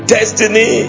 Destiny